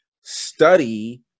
study